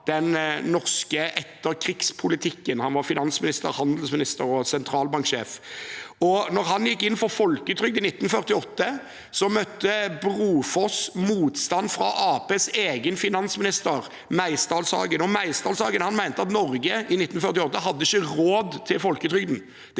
den norske etterkrigspolitikken. Han var finansminister, handelsminister og sentralbanksjef. Da han gikk inn for folketrygd i 1948, møtte han motstand fra Arbeiderpartiets egen finansminister, Olav Meisdalshagen. Meisdalshagen mente at Norge i 1948 ikke hadde råd til folketrygd.